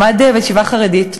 הוא למד בישיבה חרדית.